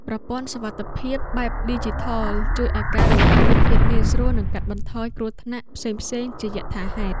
ប្រព័ន្ធសុវត្ថិភាពបែបឌីជីថលជួយឱ្យការរស់នៅមានភាពងាយស្រួល និងកាត់បន្ថយគ្រោះថ្នាក់ផ្សេងៗជាយថាហេតុ។